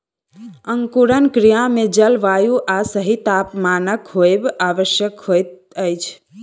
अंकुरण क्रिया मे जल, वायु आ सही तापमानक होयब आवश्यक होइत अछि